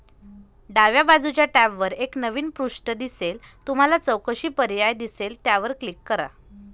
डाव्या बाजूच्या टॅबवर एक नवीन पृष्ठ दिसेल तुम्हाला चौकशी पर्याय दिसेल त्यावर क्लिक करा